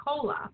cola